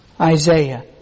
Isaiah